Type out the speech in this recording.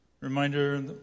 Reminder